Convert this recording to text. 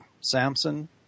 Samson